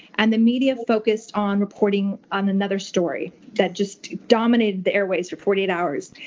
and the media focused on reporting on another story that just dominated the airways for forty eight hours.